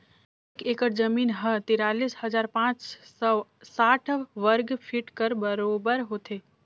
एक एकड़ जमीन ह तिरालीस हजार पाँच सव साठ वर्ग फीट कर बरोबर होथे